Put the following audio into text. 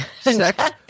sex